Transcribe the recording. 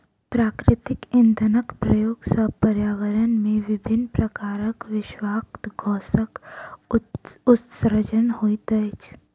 प्राकृतिक इंधनक प्रयोग सॅ पर्यावरण मे विभिन्न प्रकारक विषाक्त गैसक उत्सर्जन होइत अछि